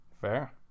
Fair